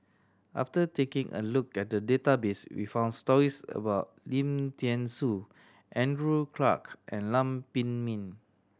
after taking a look at the database we found stories about Lim Thean Soo Andrew Clarke and Lam Pin Min